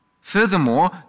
Furthermore